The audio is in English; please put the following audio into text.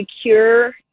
secure